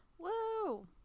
Whoa